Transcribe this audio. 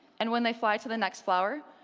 and when they fly to the next flower,